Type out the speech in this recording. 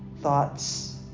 thoughts